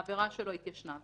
העבירה שלו התיישנה,